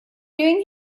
doing